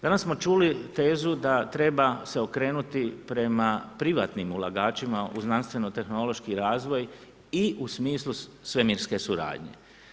Danas smo čuli tezu da treba se okrenuti prema privatnim ulagačima u znanstveno tehnološki razvoj i u smislu svemirske suradnje.